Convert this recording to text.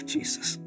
Jesus